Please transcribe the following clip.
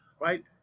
right